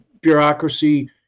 bureaucracy